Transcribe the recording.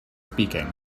speaking